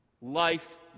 Life